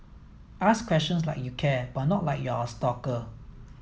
ask questions like you care but not like you're a stalker